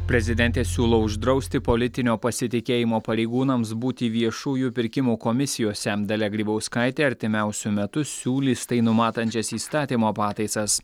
prezidentė siūlo uždrausti politinio pasitikėjimo pareigūnams būti viešųjų pirkimų komisijose dalia grybauskaitė artimiausiu metu siūlys tai numatančias įstatymo pataisas